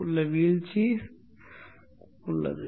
வெளியீட்டில் வீழ்ச்சி சரிவு உள்ளது